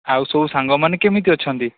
ଆଉ ସବୁ ସାଙ୍ଗମାନେ କେମିତି ଅଛନ୍ତି